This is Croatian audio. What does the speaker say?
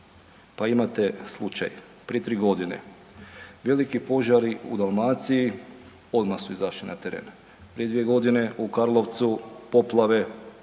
Pa imate slučaj prije 3.g. veliki požari u Dalmaciji, odmah su izašli na teren, prije 2.g. u Karlovcu poplave,